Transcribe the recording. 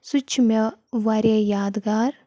سُہ تہِ چھُ مےٚ واریاہ یادگار